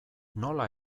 nola